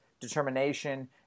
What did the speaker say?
determination